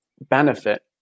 benefit